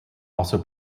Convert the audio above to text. also